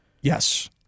Yes